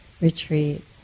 retreat